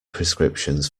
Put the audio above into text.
prescriptions